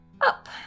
up